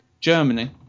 Germany